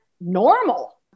normal